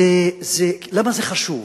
למה זה חשוב?